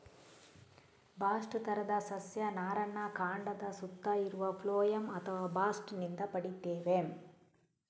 bast ತರದ ಸಸ್ಯ ನಾರನ್ನ ಕಾಂಡದ ಸುತ್ತ ಇರುವ ಫ್ಲೋಯಂ ಅಥವಾ ಬಾಸ್ಟ್ ನಿಂದ ಪಡೀತೇವೆ